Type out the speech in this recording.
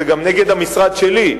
זה גם נגד המשרד שלי,